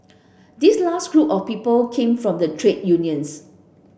this last group of people came from the trade unions